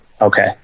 Okay